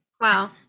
Wow